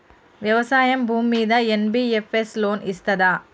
వ్యవసాయం భూమ్మీద NBFS loan ఇస్తదా?